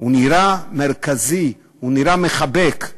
הוא נראה מרכזי, הוא נראה מחבק,